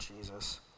Jesus